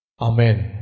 Amen